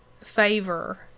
favor